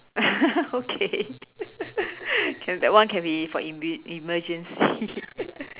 okay can that one can be for in emer~ emergency